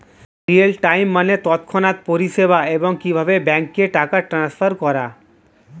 real time মানে তৎক্ষণাৎ পরিষেবা, এবং কিভাবে ব্যাংকে টাকা ট্রান্সফার করা